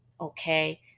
okay